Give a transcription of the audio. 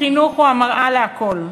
החינוך הוא המראה לכול.